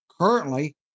currently